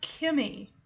Kimmy